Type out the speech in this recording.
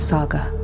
Saga